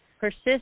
persist